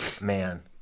Man